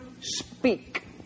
speak